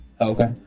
Okay